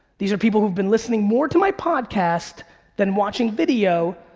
these are people who've been listening more to my podcast than watching video.